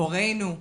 הורינו,